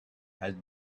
had